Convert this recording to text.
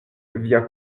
via